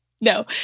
no